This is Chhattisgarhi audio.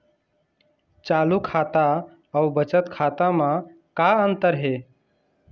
चालू खाता अउ बचत खाता म का अंतर हे?